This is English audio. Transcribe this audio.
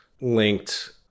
linked